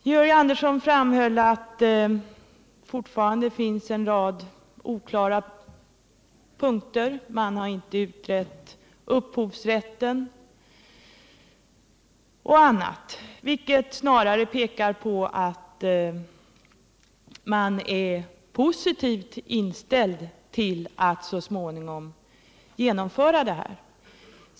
Georg Andersson framhöll att fortfarande finns en rad oklara punkter — man har t.ex. inte utrett upphovsrätten — och det pekar snarast på att man är positivt inställd till att så småningom genomföra projektet.